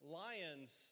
lions